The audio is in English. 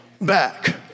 back